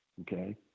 Okay